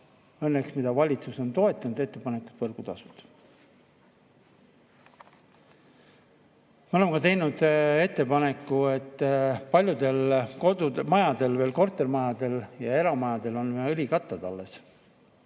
õnneks mida valitsus on toetanud, ettepanekut võrgutasudele. Me oleme ka teinud ettepaneku, et paljudel kortermajadel ja eramajadel on õlikatlad alles,